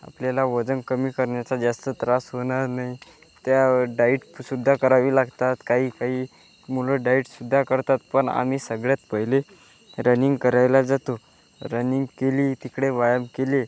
आपल्याला वजन कमी करण्याचा जास्त त्रास होणार नाही त्या डाईट सुद्धा करावी लागतात काही काही मुलं डाईट सुद्धा करतात पण आम्ही सगळ्यात पहिले रनिंग करायला जातो रनिंग केली तिकडे व्यायाम केले